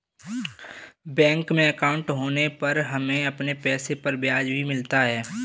bank में अंकाउट होने से हमें अपने पैसे पर ब्याज भी मिलता है